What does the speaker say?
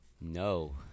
no